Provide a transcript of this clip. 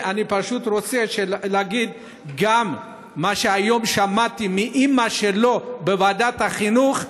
אני פשוט רוצה להגיד גם מה שהיום שמעתי מאימא שלו בוועדת החינוך,